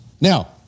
Now